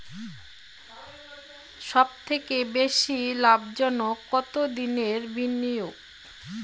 সবথেকে বেশি লাভজনক কতদিনের বিনিয়োগ?